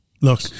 Look